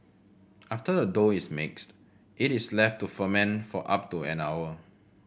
after the dough is mixed it is left to ferment for up to an hour